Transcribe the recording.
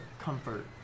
comfort